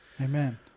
Amen